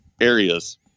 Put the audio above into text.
areas